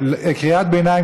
קריאת ביניים,